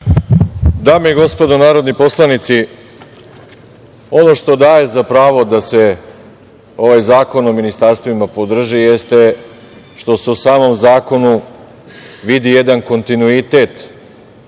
Dame i gospodo narodni poslanici, ono što daje za pravo da se ovaj Zakon o ministarstvima podrži jeste što se u samom zakonu vidi jedan kontinuitet